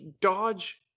Dodge